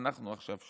אנחנו עכשיו שם.